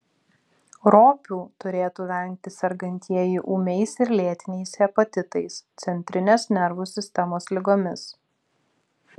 ropių turėtų vengti sergantieji ūmiais ir lėtiniais hepatitais centrinės nervų sistemos ligomis